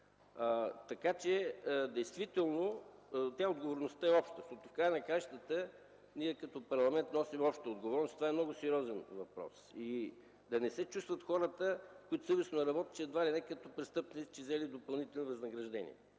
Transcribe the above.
надзор. Действително отговорността е обща. Ние като парламент носим обща отговорност и това е много сериозен въпрос. Да не се чувстват хората, които съвестно работят, едва ли не като престъпници, че са взели допълнително възнаграждение.